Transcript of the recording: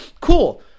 Cool